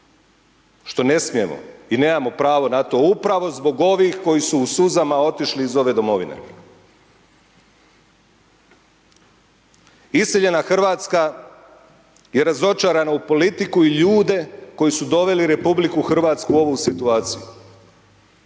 što ne smijemo i nemamo pravo na to, upravo zbog ovih koji su u suzama otišli iz ove domovine. Iseljena Hrvatska, je razočarana u politiku i ljude koji su doveli RH u ovu situaciju,